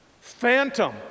phantom